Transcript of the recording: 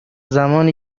زمانی